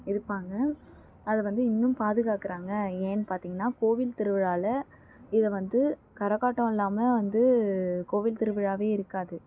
இருப்பாங்க அதை வந்து இன்னும் பாதுகாக்கிறாங்க ஏன்னெனு பார்த்தீங்கன்னா கோவில் திருவிழாவில் இதை வந்து கரகாட்டம் இல்லாமல் வந்து கோவில் திருவிழாவே இருக்காது